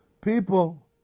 people